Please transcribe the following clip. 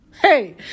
Hey